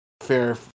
fair